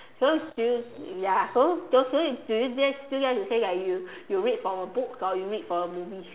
so so you ya so so do you dare still dare to say that you you read from books or from movies